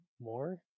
more